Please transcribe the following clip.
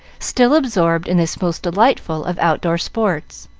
still absorbed in this most delightful of out-door sports.